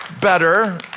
Better